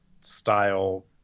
style